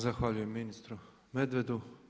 Zahvaljujem ministru Medvedu.